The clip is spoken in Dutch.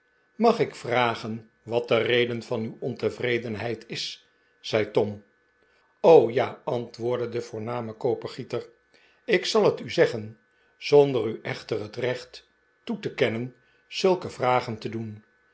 mag ik vragen wat de reden van uw ontevredenheid is zei tom ja antwoordde de voorname kopergieter ik zal het u zeggen zonder u echter het recht toe te kennen zulke vragen te doen